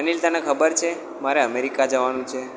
અનીલ તને ખબર છે મારે અમેરિકા જવાનું છે